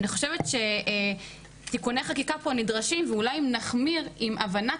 אני חושבת שתיקוני החקיקה פה נדרשים ואולי אם נחמיר עם הבנת